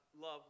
love